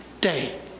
day